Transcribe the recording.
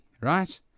Right